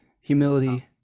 Humility